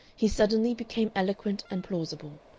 he suddenly became eloquent and plausible.